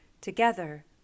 Together